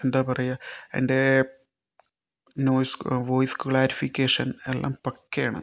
എന്താ പറയുക അതിൻ്റെ നോയിസ് വോയിസ് ക്ലാരിഫിക്കേഷൻ എല്ലാം പക്കയാണ്